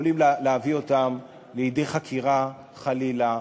יכולות להביא אותם לידי חקירה, חלילה,